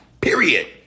Period